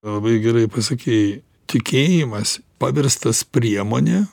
labai gerai pasakei tikėjimas paverstas priemone